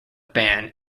ban